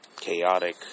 chaotic